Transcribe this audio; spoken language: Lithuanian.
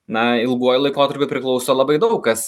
na ilguoju laikotarpiu priklauso labai daug kas